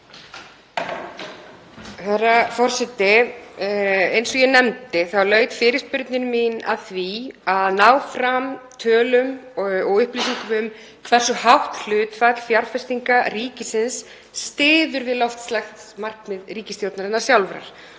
Herra forseti. Eins og ég nefndi þá laut fyrirspurnin mín að því að ná fram tölum og upplýsingum um hversu hátt hlutfall fjárfestinga ríkisins styður við loftslagsmarkmið ríkisstjórnarinnar sjálfrar.